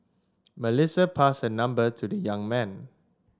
Melissa passed her number to the young man